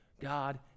God